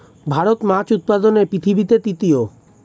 ভারত মাছ উৎপাদনে পৃথিবীতে তৃতীয়